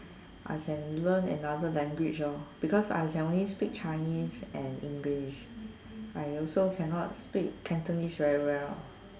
I can learn another language lor because I can only speak chinese and english I also cannot speak cantonese very well